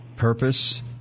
Purpose